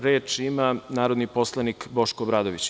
Reč ima narodni poslanik Boško Obradović.